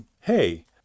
Hey